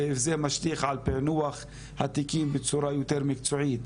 וזה משליך על פילוח התיקים בצורה יותר מקצועית.